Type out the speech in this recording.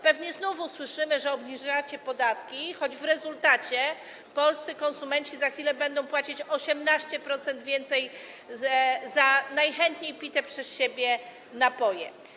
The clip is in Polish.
Pewnie znów usłyszymy, że obniżacie podatki, choć w rezultacie polscy konsumenci za chwilę będą płacić 18% więcej za najchętniej pite przez siebie napoje.